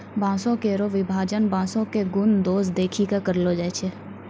बांसों केरो विभाजन बांसों क गुन दोस देखि कॅ करलो जाय छै